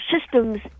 systems